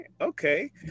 Okay